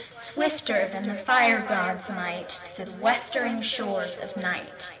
swifter than the fire-god's might, to the westering shores of night.